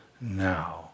now